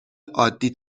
عادی